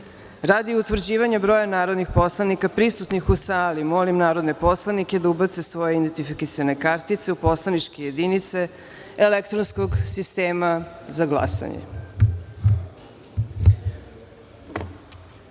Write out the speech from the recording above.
utvrđivanja broja narodnih poslanika prisutnih u sali, molim narodne poslanike da ubace svoje identifikacione kartice u poslaničke jedinice elektronskog sistema za